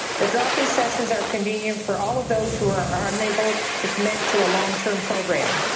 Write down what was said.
the drop-in sessions are convenient for all of those who are are unable to commit to a long term program.